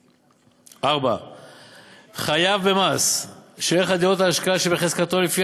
4. חייב במס שערך דירות ההשקעה שבהחזקתו לפי